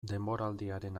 denboraldiaren